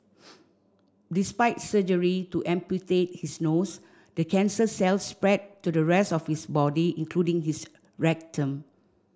despite surgery to amputate his nose the cancer cells spread to the rest of his body including his rectum